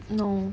no